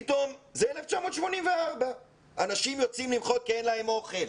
פתאום זה 1984. אנשים יוצאים למחות כי אין להם אוכל,